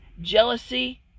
jealousy